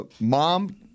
Mom